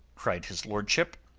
cried his lordship.